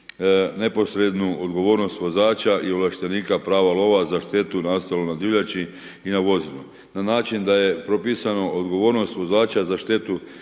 neposrednu odgovornost vozača i ovlaštenika prava lova za štetu nastalu na divljači i na vozilu. Na način da je propisano odgovornost vozača za štetu